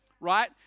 right